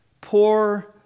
poor